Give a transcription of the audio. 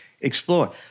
explore